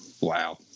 wow